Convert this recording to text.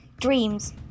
dreams